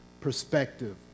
perspective